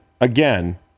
again